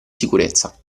sicurezza